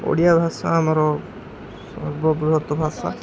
ଓଡ଼ିଆ ଭାଷା ଆମର ସର୍ବବୃହତ ଭାଷା